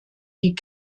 die